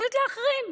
החליט להחרים.